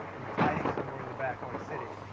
who is hiding somewhere in the back. oh, he's sitting.